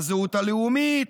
הזהות הלאומית,